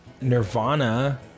Nirvana